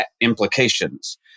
implications